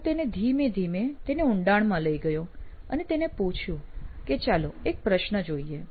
હું તેને ધીમે ધીમે તેને ઉંડાણમાં લઇ ગયો અને તેને પૂછ્યું કે ચાલો એક પ્રશ્ન જોઈએ